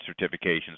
certifications